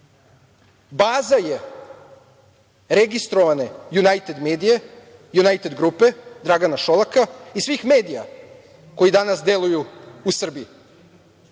baza je registrovane Junajted medije, Junajted grupe Dragana Šolaka i svih medija koji danas deluju u Srbiji.